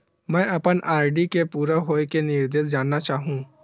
मैं अपन आर.डी के पूरा होये के निर्देश जानना चाहहु